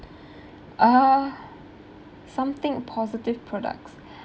uh something positive products